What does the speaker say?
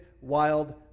wild